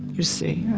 you see.